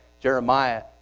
Jeremiah